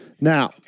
Now